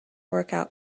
workout